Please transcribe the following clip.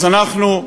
אז אנחנו,